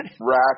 rack